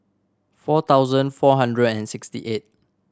four thousand four hundred and sixty eight